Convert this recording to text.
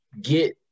get